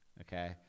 Okay